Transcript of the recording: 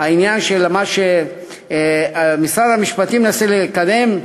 מה שמשרד המשפטים מנסה לקדם,